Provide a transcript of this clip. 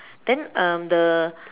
then um the